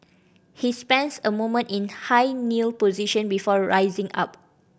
he spends a moment in high kneel position before rising up